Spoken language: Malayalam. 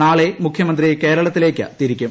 നാളെ മുഖ്യമന്ത്രി കേരളത്തിലേക്ക് തിരിക്കും